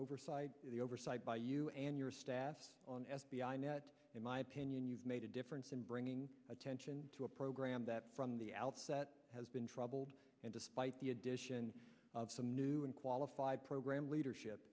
oversight the oversight by you and your staff on f b i net in my opinion you've made a difference in bringing attention to a program that from the outset has been troubled and despite the addition of some new and qualified program leader ship